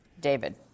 David